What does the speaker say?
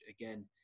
again